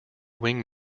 wing